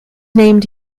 named